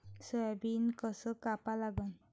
Soybean कस कापा लागन?